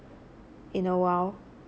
in a while